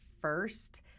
first